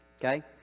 okay